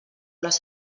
les